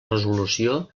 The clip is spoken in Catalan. resolució